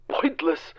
pointless